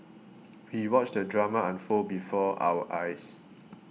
we watched the drama unfold before our eyes